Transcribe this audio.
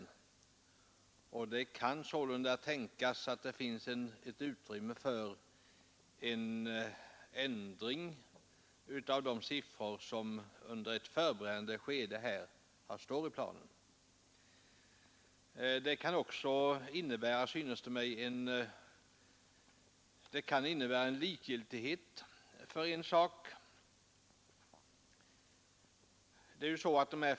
Sålunda kan det tänkas att det finns ett utrymme för en ändring av de siffror som under ett förberedande skede angivits. Det kan också innebära likgiltighet för en sak.